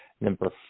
Number